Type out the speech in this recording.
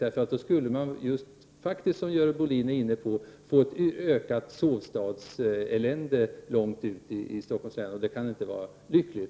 Det skulle leda till, som Görel Bohlin var inne på, ett ökat sovstadselände långt ut i Stockholms län, vilket inte kan vara lyckligt.